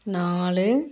நாலு